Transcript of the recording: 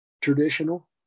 traditional